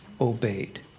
obeyed